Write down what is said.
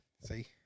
See